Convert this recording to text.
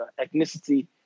ethnicity